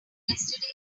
yesterday